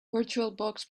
virtualbox